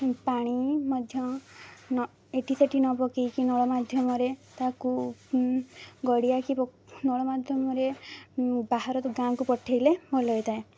ପାଣି ମଧ୍ୟ ଏଠି ସେଠି ନ ପକାଇକି ନଳ ମାଧ୍ୟମରେ ତାକୁ ଗଡ଼ିଆ କି ନଳମାଧ୍ୟମରେ ବାହାର ଗାଁକୁ ପଠେଇଲେ ଭଲ ହୋଇଥାଏ